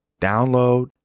Download